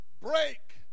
break